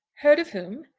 heard of whom?